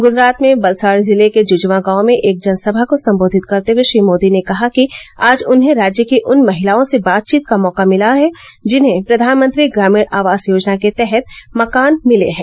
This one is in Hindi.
गूजरात में वलसाड जिले के जुजवा गांव में एक जनसभा को संबोधित करते हुए श्री मोदी ने कहा कि आज उन्हें राज्य की उन महिलाओं से बातचीत का मौका मिला है जिन्हें प्रधानमंत्री ग्रामीण आवास योजनाके तहत मकान मिले हैं